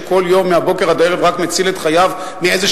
שכל יום מהבוקר עד הערב רק מציל את חייו מסכנה